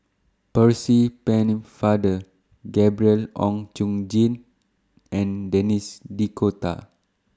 Percy Pennefather Gabriel Oon Chong Jin and Denis D'Cotta